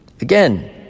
Again